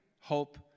hope